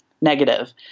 negative